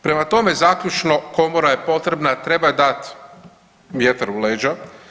Prema tome, zaključno komora je potrebna, treba joj dati vjetar u leđa.